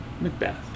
Macbeth